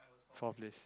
four place